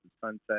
Sunset